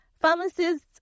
Pharmacists